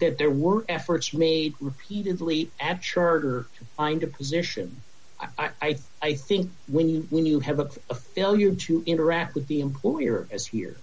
that there were efforts made repeatedly at charter find a position i think i think when you when you have a failure to interact with the employer as here